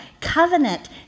covenant